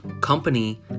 company